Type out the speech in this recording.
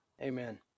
Amen